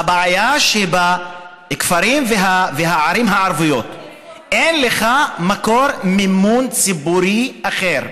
הבעיה היא שבכפרים והערים הערביים אין לך מקור מימון ציבורי אחר.